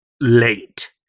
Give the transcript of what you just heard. late